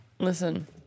Listen